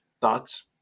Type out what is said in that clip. Thoughts